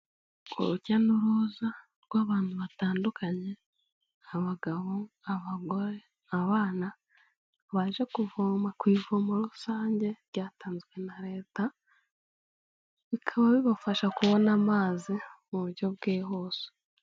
Urujya n'uruza rw'abantu batandukanye. Abagabo, abagore, abana baje kuvoma ku ivomo rusange ryatanzwe na leta. Bikaba bibafasha kubona amazi mu buryo bwihuse.